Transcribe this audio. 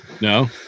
no